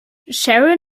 sharon